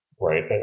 right